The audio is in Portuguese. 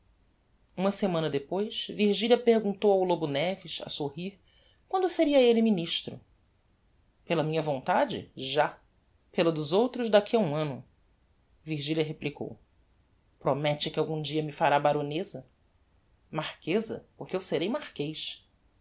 uma semana depois virgilia perguntou ao lobo neves a sorrir quando seria elle ministro pela minha vontade já pela dos outros daqui a um anno virgilia replicou promette que algum dia me fará baroneza marqueza porque eu serei marquez